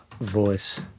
voice